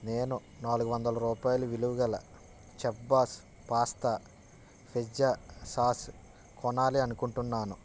నేను నాలుగు వందలు రూపాయల విలువ గల chef boss pasta pizza sauce కొనాలి అనుకుంటున్నాను